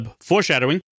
Foreshadowing